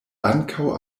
ankaŭ